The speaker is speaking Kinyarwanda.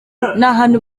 ahantu